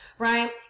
Right